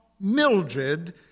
Mildred